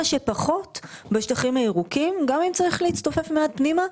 שפחות בשטחים הירוקים גם אם צריך להצטופף מעט פנימה,